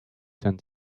tend